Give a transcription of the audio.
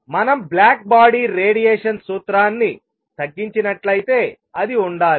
మనం black body radiation సూత్రాన్ని తగ్గించినట్లయితే అది ఉండాలి